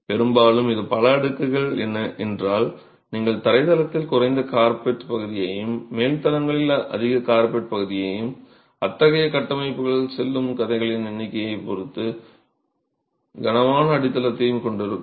பெரும்பாலும் இது பல அடுக்குகள் என்றால் நீங்கள் தரைதளத்தில் குறைந்த கார்பெட் பகுதியையும் மேல் தளங்களில் அதிக கார்பெட் பகுதியையும் அத்தகைய கட்டமைப்புகள் செல்லும் கதைகளின் எண்ணிக்கையைப் பொறுத்து கனமான அடித்தளத்தையும் கொண்டிருக்கும்